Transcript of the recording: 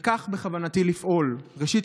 וכך בכוונתי לפעול: ראשית,